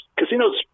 casinos